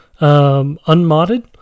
unmodded